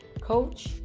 coach